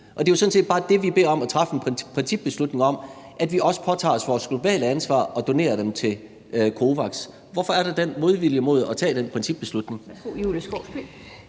vi beder jo sådan set bare om at træffe en principbeslutning om, at man også påtager sig sit globale ansvar og donerer dem til COVAX. Hvorfor er der den modvilje mod at tage den principbeslutning?